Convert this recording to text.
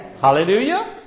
Hallelujah